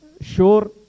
sure